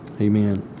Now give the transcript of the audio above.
amen